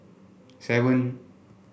seven